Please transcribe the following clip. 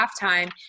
halftime